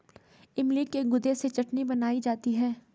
इमली के गुदे से चटनी बनाई जाती है